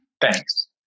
Thanks